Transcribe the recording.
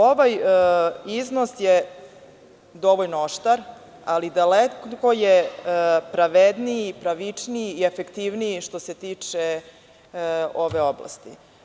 Ovaj iznos je dovoljno oštar, ali daleko je pravedniji, pravičniji i efektivniji, što se tiče ove oblasti.